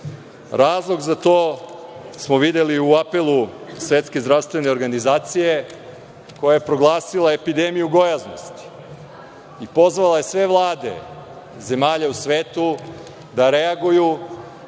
Razlog za to smo videli u apelu Svetske zdravstvene organizacije koja je proglasila epidemiju gojaznosti i pozvala je sve vlade zemalja u svetu da reaguju